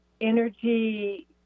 Energy